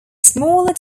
smaller